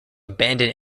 abandon